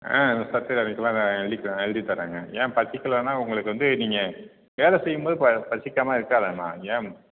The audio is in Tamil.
ஆ சத்து டானிக் எல்லாம் நான் எழுதி தரேன் எழுதி தரேங்க ஏன் பசிக்கலைன்னா உங்களுக்கு வந்து நீங்கள் வேலை செய்யும்போது ப பசிக்காமல் இருக்காதேம்மா ஏன்